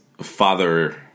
father